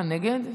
אה, נגד?